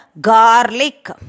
garlic